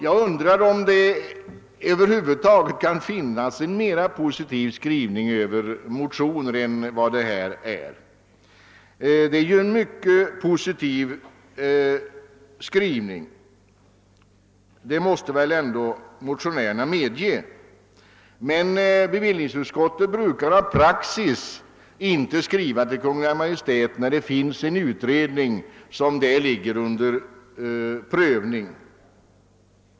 Jag undrar om det över huvud taget kunnat bli en mera positiv skrivning med anledning av motioner än vad som här är fallet. Motionärerna måste väl ändå medge att det rör sig om en mycket positiv skrivning, men det är inte bevillningsutskottets praxis att skriva till Kungl. Maj:t då en utredning redan prövar en fråga.